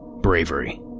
bravery